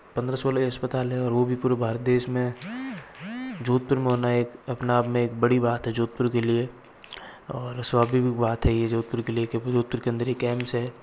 पंद्रह सोलह ही अस्पताल हैं और वो भी पूरे भारत देश में जोधपुर में होना एक अपना आप में एक बड़ी बात है जोधपुर के लिए और स्वाभाविक भी बात है ये जोधपुर के लिए के अभी जोधपुर के अंदर भी एक एम्स है